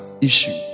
issue